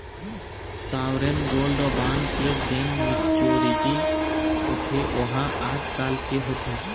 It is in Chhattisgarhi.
सॉवरेन गोल्ड बांड के जेन मेच्यौरटी होथे ओहा आठ साल के होथे